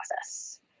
process